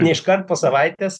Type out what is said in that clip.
ne iškart po savaitės